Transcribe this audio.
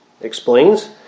explains